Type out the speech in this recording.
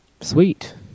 Sweet